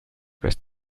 best